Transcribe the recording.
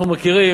אנחנו מכירים.